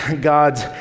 God's